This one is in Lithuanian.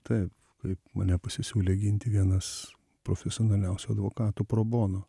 taip kaip mane pasisiūlė ginti vienas profesionaliausių advokatų pro bono